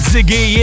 Ziggy